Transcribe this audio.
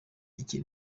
iki